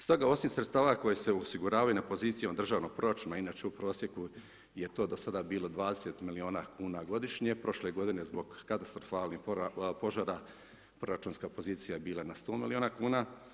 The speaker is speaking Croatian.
Stoga osim sredstava koke se osiguravaju na pozicijama državnih proračuna, inače u prosjeku je to do sada bilo 20 milijuna kuna godišnje, prošle g. zbog katastrofalnih požara, proračunska pozicija je bila na 100 milijuna kuna.